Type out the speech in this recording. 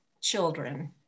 children